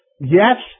Yes